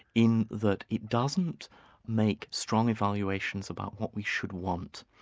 in that it doesn't make strong evaluations about what we should want.